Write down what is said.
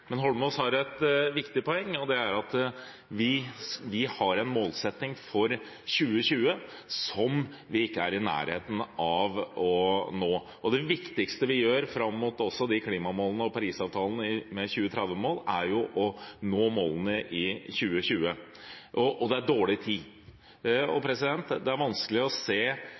Men Holmås har et viktig poeng, og det er at vi har en målsetting for 2020 som vi ikke er i nærheten av å nå. Det viktigste vi gjør fram mot de klimamålene og Paris-avtalen med 2030-mål, er jo å nå målene i 2020, og vi har dårlig tid. Det er vanskelig å se